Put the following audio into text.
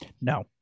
no